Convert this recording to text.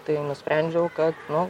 tai nusprendžiau kad nu